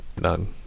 none